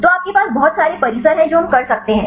तो आपके पास बहुत सारे परिसर हैं जो हम कर सकते हैं